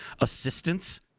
assistance